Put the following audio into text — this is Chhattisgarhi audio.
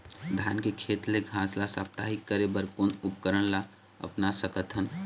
धान के खेत ले घास ला साप्ताहिक करे बर कोन उपकरण ला अपना सकथन?